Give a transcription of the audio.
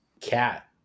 Cat